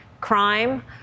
crime